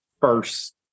first